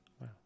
Wow